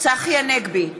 צחי הנגבי,